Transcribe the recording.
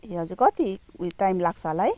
ए हजुर कति उयो टाइम लाग्छ होला है